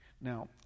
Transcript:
Now